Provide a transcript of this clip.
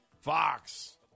Fox